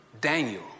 Daniel